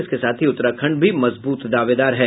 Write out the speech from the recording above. इसके साथ ही उत्तराखंड भी मजबूत दावेदार है